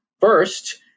First